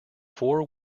four